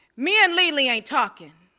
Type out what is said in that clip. me and lily ain't talkin',